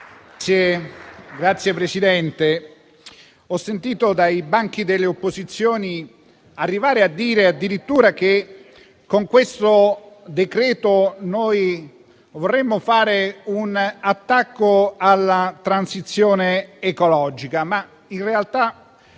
Signor Presidente, ho sentito dai banchi delle opposizioni arrivare a dire addirittura che con questo decreto-legge noi vorremmo fare un attacco alla transizione ecologica. In realtà